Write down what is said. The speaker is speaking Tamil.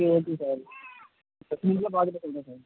சார் பத்து நிமிஷத்தில் பார்த்துட்டு சொல்லுங்கள் சார்